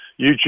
YouTube